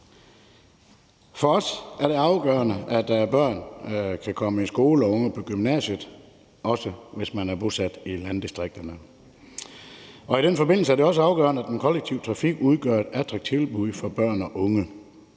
For os er det afgørende, at børnene kan komme i skole og unge på gymnasiet, også hvis de er bosat i landdistrikterne. I den forbindelse er det også afgørende, at den kollektive trafik udgør et attraktivt tilbud for børn af unge.